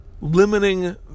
limiting